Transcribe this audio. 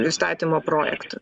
įstatymo projektu